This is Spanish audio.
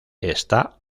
está